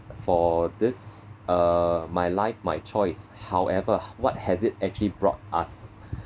for this uh my life my choice however what has it actually brought us